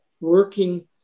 working